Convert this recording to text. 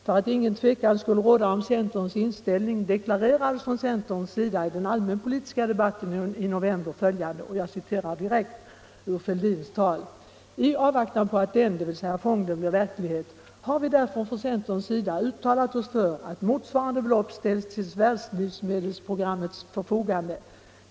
För att ingen tvekan skulle råda om centerns inställning deklarerades från centerns sida i den allmänpolitiska debatten i november följande — jag citerar direkt ur Thorbjörn Fälldins tal: ”I avvaktan på att fonden blir verklighet har vi därför från centerns sida uttalat oss för att motsvarande belopp ställs till världslivsmedelsprogrammets, WFP:s förfogande.